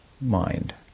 mind